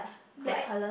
correct